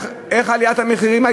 איך הייתה עליית המחירים?